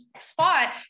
spot